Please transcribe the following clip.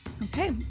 Okay